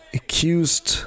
accused